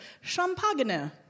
Champagne